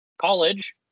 college